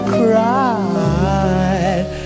cried